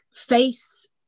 face